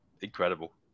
incredible